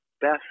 best